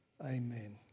Amen